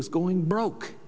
was going broke